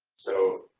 so,